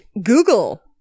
Google